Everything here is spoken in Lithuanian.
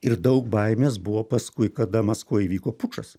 ir daug baimės buvo paskui kada maskvoj įvyko pučas